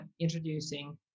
introducing